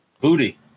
Booty